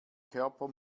körper